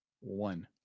One